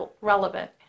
relevant